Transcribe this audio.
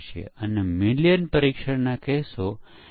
ચાલો એક ઉદાહરણ પરીક્ષણ કેસ જોઈએ